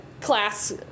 class